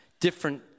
different